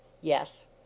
yes